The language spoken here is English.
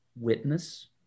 witness